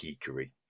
geekery